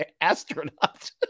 astronaut